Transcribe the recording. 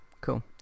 cool